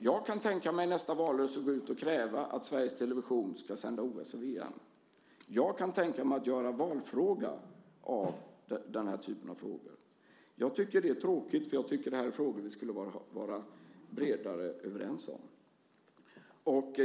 Jag kan tänka mig att i nästa valrörelse gå ut och kräva att Sveriges Television ska sända OS och VM. Jag kan tänka mig att göra valfråga av denna typ av frågor. Jag tycker att det är tråkigt, för jag tycker att det här är frågor där vi skulle kunna vara bredare överens.